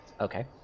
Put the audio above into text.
Okay